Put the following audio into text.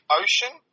ocean